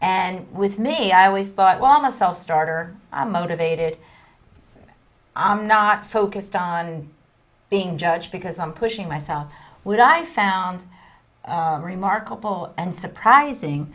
and with me i always thought well not self starter motivated i'm not focused on being judged because i'm pushing myself would i found remarkable and surprising